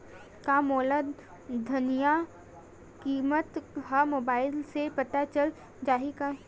का मोला धनिया किमत ह मुबाइल से पता चल जाही का?